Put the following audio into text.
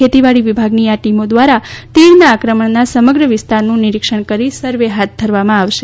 ખેતીવાડી વિભાગની આ ટીમો દ્વારા તીડનાં આક્રમણના સમગ્ર વિસ્તારનું નિરીક્ષણ કરી સર્વે હાથ ધરવામાં આવશે